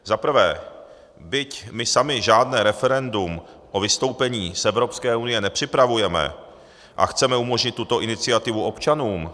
Za prvé, byť my sami žádné referendum o vystoupení z Evropské unie nepřipravujeme, chceme umožnit tuto iniciativu občanům.